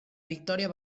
victòria